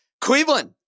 Cleveland